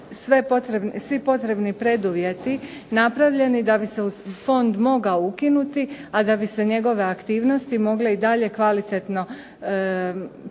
svi potrebni preduvjeti napravljeni da bi se fond mogao ukinuti, a da bi se njegove aktivnosti mogle i dalje kvalitetno provoditi